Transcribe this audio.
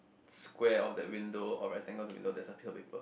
square of that window or rectangle window there's a piece of paper